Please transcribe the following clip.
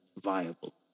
viable